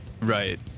Right